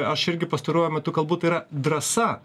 aš irgi pastaruoju metu kalbu tai yra drąsa